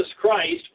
Christ